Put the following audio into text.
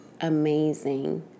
amazing